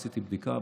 עשיתי בדיקה,